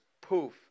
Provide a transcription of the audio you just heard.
poof